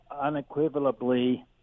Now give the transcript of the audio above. unequivocally